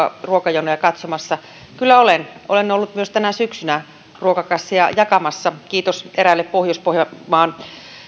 ruokajonoja katsomassa kyllä olen olen ollut myös tänä syksynä ruokakasseja jakamassa kiitos eräälle pohjois pohjanmaan